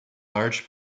large